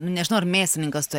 nu nežinau ar mėsininkas tu